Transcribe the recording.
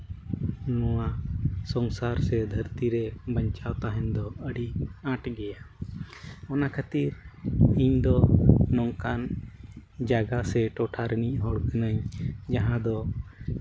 ᱱᱚᱣᱟ ᱥᱚᱝᱥᱟᱨ ᱥᱮ ᱫᱷᱟᱹᱨᱛᱤ ᱨᱮ ᱵᱟᱧᱪᱟᱣ ᱛᱟᱦᱮᱱ ᱫᱚ ᱟᱹᱰᱤ ᱟᱸᱴ ᱜᱮᱭᱟ ᱚᱱᱟ ᱠᱷᱟᱹᱛᱤᱨ ᱤᱧᱫᱚ ᱱᱚᱝᱠᱟᱱ ᱡᱟᱭᱜᱟ ᱥᱮ ᱴᱚᱴᱷᱟ ᱨᱮᱱᱤᱡ ᱦᱚᱲ ᱠᱟᱹᱱᱟᱹᱧ ᱡᱟᱦᱟᱸ ᱫᱚ